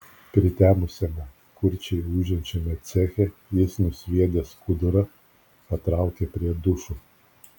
pritemusiame kurčiai ūžiančiame ceche jis nusviedė skudurą patraukė prie dušų